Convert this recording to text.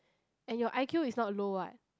and your I_Q is not low what